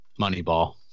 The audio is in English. Moneyball